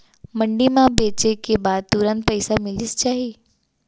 मंडी म बेचे के बाद तुरंत पइसा मिलिस जाही?